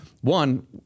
one